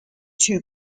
two